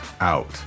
out